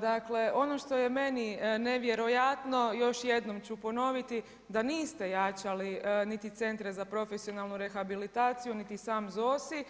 Dakle, ono što je meni nevjerojatno, još jednom ću ponoviti, da niste jačali niti centre za profesionalnu rehabilitaciju niti sam ZOSI,